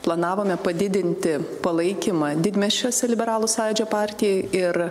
planavome padidinti palaikymą didmiesčiuose liberalų sąjūdžio partijai ir